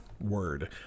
word